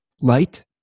light